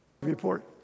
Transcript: Report